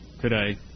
today